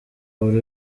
buri